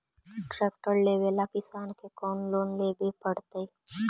Tractor लेवेला किसान के कौन लोन लेवे पड़तई?